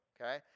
okay